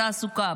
בתעסוקה,